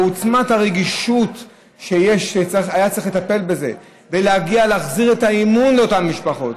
עוצמת הרגישות שהיה צריך כדי לטפל בזה ולהחזיר את האמון לאותם משפחות,